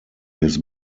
his